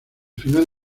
final